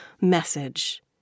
message